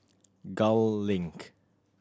Gul Link